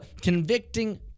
convicting